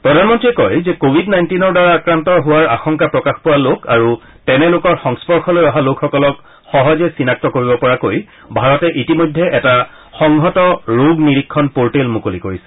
প্ৰধানমন্ত্ৰীগৰাকীয়ে কয় যে কোৱিড নাইণ্টিনৰ দ্বাৰা আক্ৰান্ত হোৱাৰ আশংকা প্ৰকাশ পোৱা লোক আৰু তেনে লোকৰ সংস্পৰ্শলৈ অহা লোকসকলক সহজে চিনাক্ত কৰিব পৰাকৈ ভাৰতে ইতিমধ্যে এটা সংহত ৰোগ নিৰীক্ষণ পৰ্টেল মুকলি কৰিছে